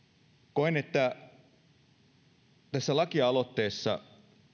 koen että tässä lakialoitteessa